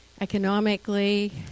Economically